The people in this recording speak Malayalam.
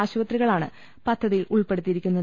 ആശുപത്രി കളാണ് പദ്ധതിയിൽ ഉൾപ്പെടുത്തിയിരിക്കുന്നത്